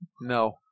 No